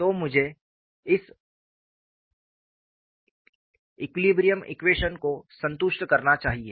तो मुझे इस एक्विलिब्रियम इकवेशन को संतुष्ट करना चाहिए